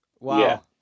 wow